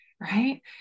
right